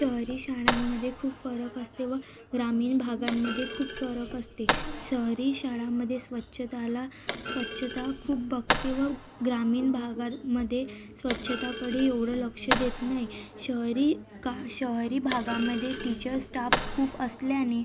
शहरी शाळांमध्ये खूप फरक असते व ग्रामीण भागांमध्ये खूप फरक असते शहरी शाळामध्ये स्वच्छतेला स्वच्छता खूप बघते व ग्रामीण भागांमध्ये स्वच्छतेकडे एवढं लक्ष देत नाही शहरी का शहरी भागामध्ये टीचर स्टाफ खूप असल्याने